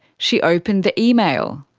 she opened the email.